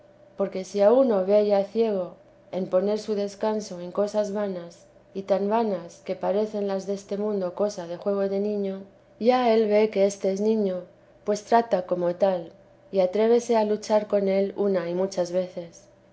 porque si a uno ve ya ciego en poner su descanso en cosas vanas y tan vanas que parecen las deste mundo cosa de juego de niño ya él ve que éste es niño pues trata como tal y atrévese a luchar con él una y muchas veces